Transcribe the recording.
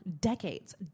Decades